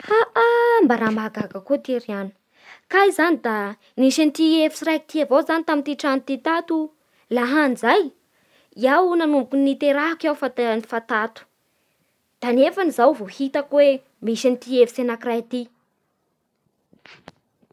Haa ah, mba mahagaga koa ty ry agno! Kay zany da nisy an'ity hefitry raiky ity avao zany tamin'ity trano ity tato lahany zay. Iaho nanomboky niterahako aho fa tato, da nefa zao vo hitako hoe misy an'ity hefitra anakiray ity.